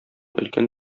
өлкән